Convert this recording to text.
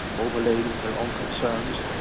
overlaying with their own concerns,